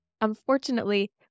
Unfortunately